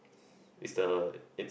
is the it's